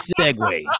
segue